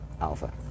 alpha